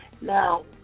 Now